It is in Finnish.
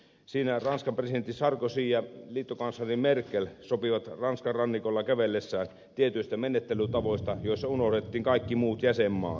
siinä ranskan presidentti sarkozy ja liittokansleri merkel sopivat ranskan rannikolla kävellessään tietyistä menettelytavoista joissa unohdettiin kaikki muut jäsenmaat